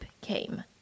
came